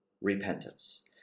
repentance